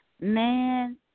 man